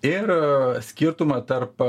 ir skirtumą tarp